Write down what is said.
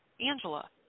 Angela